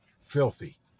filthy